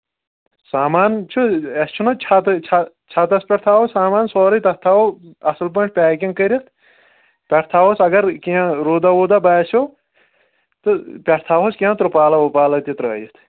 سامان چھُ اَسہِ چھُنا چھُنہٕ چھتَس پٮ۪ٹھ تھاوو سامان سورُے تَتھ تھاوو اَصٕل پٲٹھۍ پیکِنٛگ کٔرِتھ پٮ۪ٹھ تھاووس اگر کینٛہہ روٗدا ووٗدا باسیٚو تہٕ پٮ۪ٹھ تھاووس کینٛہہ ترٛپالہ وُپالا تہِ ترٛٲیِتھ